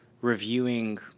reviewing